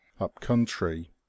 up-country